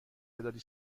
تعدادی